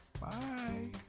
Bye